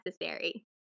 necessary